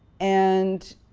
and